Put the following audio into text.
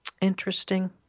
Interesting